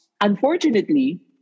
Unfortunately